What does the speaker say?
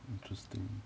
interesting